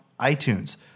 iTunes